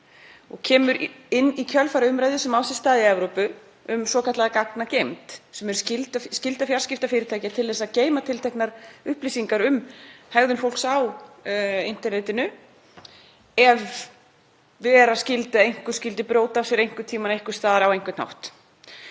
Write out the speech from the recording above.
inn árið 2005 í kjölfar umræðu sem á sér stað í Evrópu um svokallaða gagnageymd, sem er skylda fjarskiptafyrirtækja til að geyma tilteknar upplýsingar um hegðun fólks á internetinu ef vera skyldi að einhver skyldi brjóta af sér einhvern tímann einhvers staðar á einhvern hátt.